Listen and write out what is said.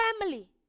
family